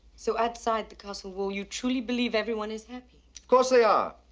so outside the castle wall, you truly believe everyone is happy? of course they are.